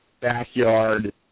backyard